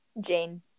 jane